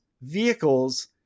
vehicles